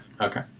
okay